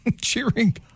cheering